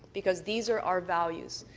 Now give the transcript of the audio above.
because these are our values.